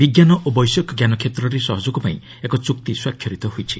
ବିଜ୍ଞାନ ଓ ବୈଷୟିକ ଜ୍ଞାନ କ୍ଷେତ୍ରରେ ସହଯୋଗପାଇଁ ଏକ ଚୁକ୍ତି ସ୍ୱାକ୍ଷରିତ ହୋଇଛି